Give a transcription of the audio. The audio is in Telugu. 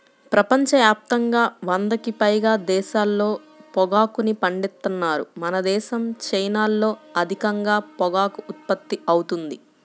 ప్రపంచ యాప్తంగా వందకి పైగా దేశాల్లో పొగాకుని పండిత్తన్నారు మనదేశం, చైనాల్లో అధికంగా పొగాకు ఉత్పత్తి అవుతుంది